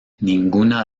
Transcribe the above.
ninguna